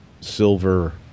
silver